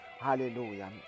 Hallelujah